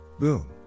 Boom